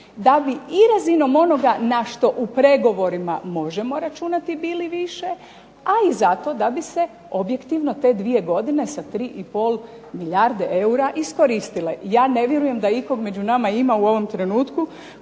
da bi i razinom onoga na što u pregovorima možemo računati bili više ali zato da bi se objektivno te dvije godine sa 3 i pol milijarde eura iskoristile. Ja ne vjerujem da ikog među nama ima u ovom trenutku